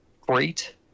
great